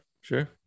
sure